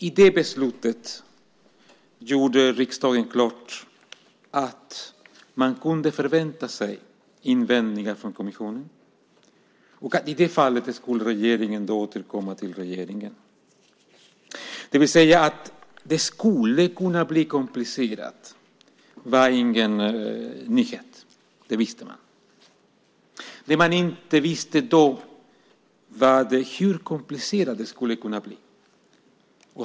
I det beslutet gjorde riksdagen klart att man kunde förvänta sig invändningar från kommissionen. I det fallet skulle regeringen återkomma till riksdagen. Att det skulle kunna bli komplicerat var ingen nyhet. Det visste man. Det man inte visste då var hur komplicerat det skulle kunna bli.